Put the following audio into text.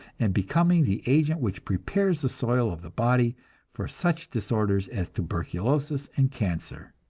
and becoming the agent which prepares the soil of the body for such disorders as tuberculosis and cancer.